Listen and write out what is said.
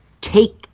take